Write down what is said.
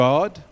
God